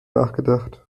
nachgedacht